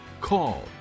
call